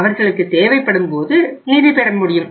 அவர்களுக்கு தேவைப்படும் போது நிதி பெற முடியும்